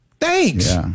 Thanks